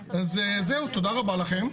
זהו, תודה רבה לכם.